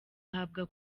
ahabwa